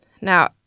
Now